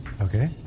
Okay